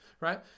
Right